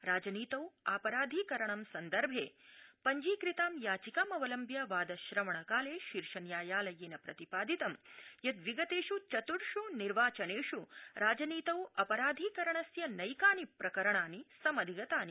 राजनीतौ अपराधीकरण सन्दर्भे पव्जीकृतां याचिकामवलम्ब्य वादश्रवणकाले शीर्षन्यायालयेन प्रतिपादितं यत् विगतेष् चतृर्ष् निर्वाचनेष् राजनीतौ अपराधीकरणस्य नैकानि प्रकरणानि समधिगतानि